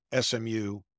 SMU